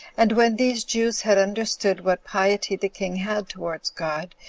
and when these jews had understood what piety the king had towards god,